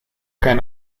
caen